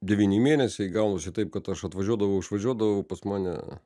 devyni mėnesiai gaunasi taip kad aš atvažiuodavau išvažiuodavau pas mane